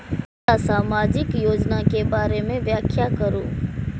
हमरा सामाजिक योजना के बारे में व्याख्या करु?